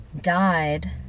died